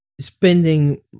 spending